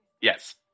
Yes